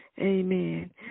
Amen